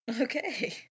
Okay